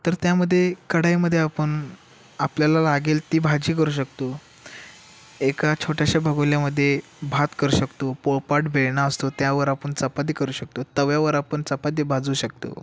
तर त्यामध्ये कढाईमध्ये आपण आपल्याला लागेल ती भाजी करू शकतो एका छोट्याशा भगोल्यामध्ये भात करू शकतो पोळपाट बेळणा असतो त्यावर आपण चपाती करू शकतो तव्यावर आपण चपाती भाजू शकतो